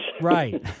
Right